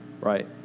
right